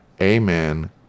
Amen